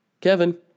Kevin